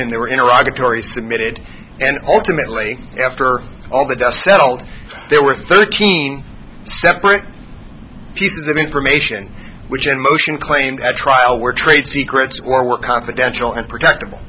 and they were interrupted dory submitted and ultimately after all the dust settled there were thirteen separate pieces of information which in motion claimed at trial were trade secrets or were confidential and predictable